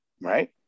right